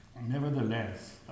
Nevertheless